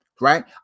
right